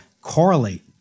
correlate